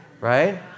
right